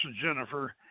Jennifer